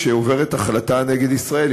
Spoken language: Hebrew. כשעוברת החלטה נגד ישראל,